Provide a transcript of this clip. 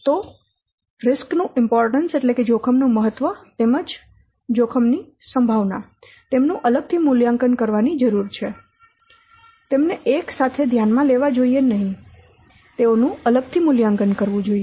તો જોખમો નું મહત્વ તેમજ જોખમો ની સંભાવના તેમનું અલગ થી મૂલ્યાંકન કરવાની જરૂર છે તેમને એક સાથે ધ્યાનમાં લેવા જોઈએ નહીં તેઓનું અલગ થી મૂલ્યાંકન કરવું જોઈએ